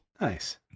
Nice